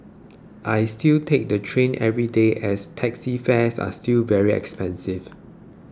I still take the train every day as taxi fares are still very expensive